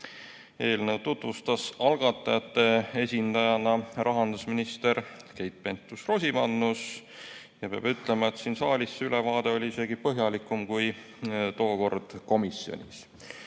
Eelnõu tutvustas algatajate esindajana rahandusminister Keit Pentus-Rosimannus. Peab ütlema, et siin saalis oli see ülevaade isegi põhjalikum kui tookord komisjonis.